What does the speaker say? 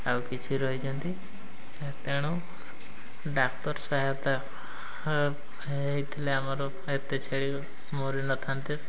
ଆଉ କିଛି ରହିଛନ୍ତି ତେଣୁ ଡ଼ାକ୍ତର ସହାୟତା ହେଇଥିଲେ ଆମର ଏତେ ଛେଳି ମରି ନଥାନ୍ତେ